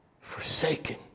forsaken